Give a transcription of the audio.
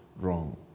wrong